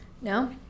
no